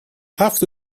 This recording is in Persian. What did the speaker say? هفت